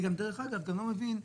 דרך אגב,